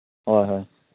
ꯍꯣꯏ ꯍꯣꯏ